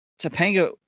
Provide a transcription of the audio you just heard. Topanga